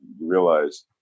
realize